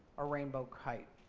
a rainbow kite.